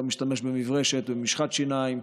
לא משתמש במברשת ומשחת שיניים,